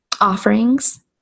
offerings